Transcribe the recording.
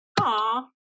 Aw